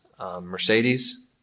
Mercedes